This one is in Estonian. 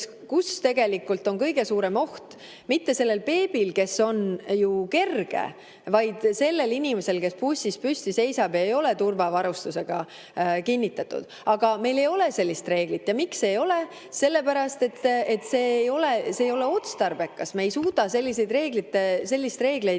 siis kellel on kõige suurem oht [viga saada]? Mitte sellel beebil, kes on ju kerge, vaid sellel inimesel, kes bussis püsti seisab ega ole turvavarustusega kinnitatud. Aga meil ei ole sellist reeglit. Ja miks ei ole? Sellepärast, et see ei ole otstarbekas. Me ei suuda selliste reeglite